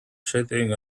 jetting